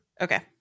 Okay